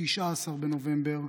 19 בנובמבר,